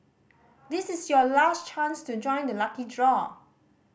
this is your last chance to join the lucky draw